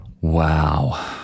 Wow